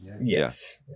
Yes